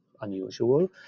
unusual